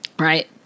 right